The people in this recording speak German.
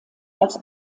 als